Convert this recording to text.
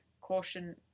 Caution